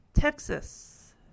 Texas